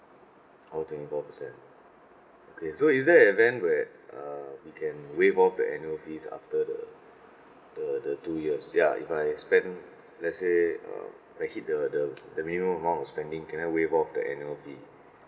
all twenty four percent okay so is there event where uh we can waive off the annual fees after the the the two years ya if I spend let's say um I hit the the the minimum amount of spending can I waive off the annual fee